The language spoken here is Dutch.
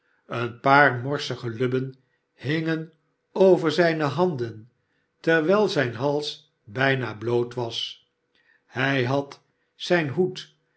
een paar morsige lubben hingen over zijne handen terwijl zijn hals bijna bloot was hij had zijn hoed